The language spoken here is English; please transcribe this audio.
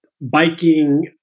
biking